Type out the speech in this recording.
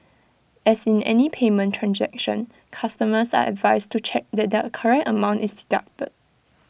as in any payment transaction customers are advised to check that the correct amount is deducted